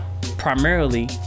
primarily